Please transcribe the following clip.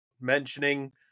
mentioning